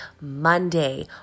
Monday